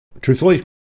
Truthfully